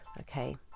okay